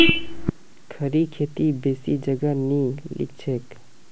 खड़ी खेती बेसी जगह नी लिछेक